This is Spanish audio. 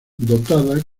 dotada